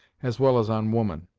as well as on woman.